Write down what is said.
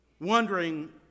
Wondering